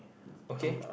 okay